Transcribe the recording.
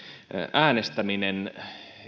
äänestäminen